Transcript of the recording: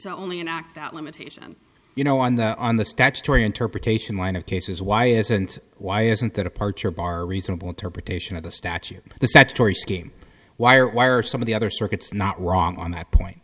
to only an act that limitation you know on the on the statutory interpretation line of cases why isn't why isn't the departure bar reasonable interpretation of the statute the statutory scheme why or why are some of the other circuits not wrong on that point